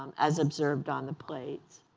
um as observed on the plates,